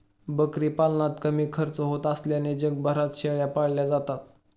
बकरी पालनात कमी खर्च होत असल्याने जगभरात शेळ्या पाळल्या जातात